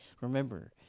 remember